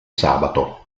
sabato